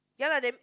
ya lah then